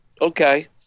okay